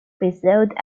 preserved